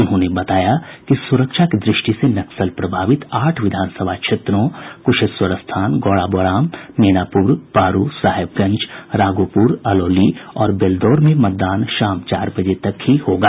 उन्होंने बताया कि सुरक्षा की दृष्टि से नक्सल प्रभावित आठ विधानसभा क्षेत्रों कुशेश्वरस्थान गौड़ाबौराम मीनापुर पारू साहेबगंज राघोपुर अलौली और बेलदौर में मतदान शाम चार बजे तक होगा